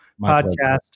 Podcast